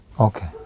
Okay